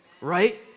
right